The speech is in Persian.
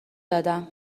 دادم